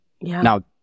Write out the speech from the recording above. Now